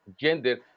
gender